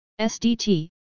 SDT